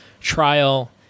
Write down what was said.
trial